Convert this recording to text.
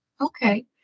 Okay